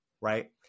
right